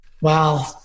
Wow